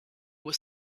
were